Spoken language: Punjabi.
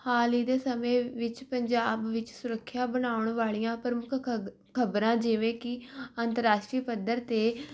ਹਾਲ ਹੀ ਦੇ ਸਮੇਂ ਵਿੱਚ ਪੰਜਾਬ ਵਿੱਚ ਸੁਰੱਖਿਆ ਬਣਾਉਣ ਵਾਲੀਆਂ ਪ੍ਰਮੁੱਖ ਖਬ ਖਬਰਾਂ ਜਿਵੇਂ ਕਿ ਅੰਤਰਾਸ਼ਟਰੀ ਪੱਧਰ 'ਤੇ